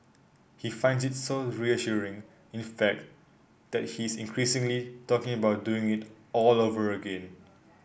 he finds it so reassuring in fact that he is increasingly talking about doing it all over again